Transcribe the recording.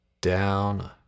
down